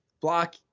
block